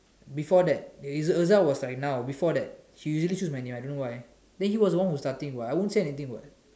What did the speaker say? before that his agile was like now before that he really choose my name I don't why then he was the one who start it I won't say anything [what]